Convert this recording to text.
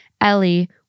Ellie